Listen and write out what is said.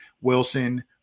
Wilson